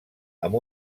amb